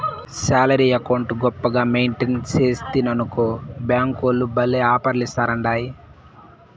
salary account గొప్పగా maintain సేస్తివనుకో బ్యేంకోల్లు భల్లే ఆపర్లిస్తాండాయి